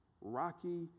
rocky